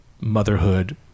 motherhood